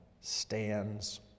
stands